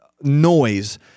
noise